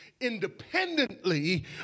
independently